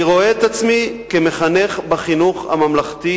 אני רואה את עצמי כמחנך בחינוך הממלכתי,